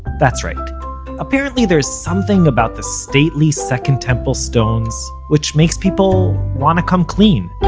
that's right apparently there's something about the stately second temple stones which makes people want to come clean